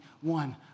one